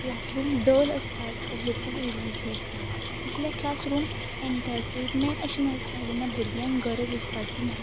classroom dull आसतात जे local एरियेचे आसतात तितले क्लासरूम ऍण्टर्टेटमँट अशें नासता जेन्ना भुरग्यांक गरज आसता की ना